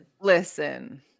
Listen